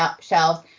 shelves